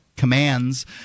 commands